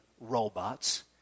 robots